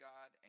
God